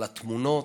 על התמונות,